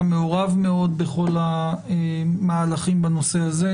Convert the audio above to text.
מעורב מאוד בכל המהלכים בנושא הזה,